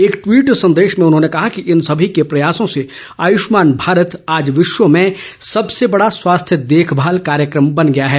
एक टवीट संदेश में उन्होंने कहा कि इन सभी के प्रयासों से आयुष्मान भारत आज विश्व में सबसे बडा स्वास्थ देखमाल कार्यक्रम बन गया है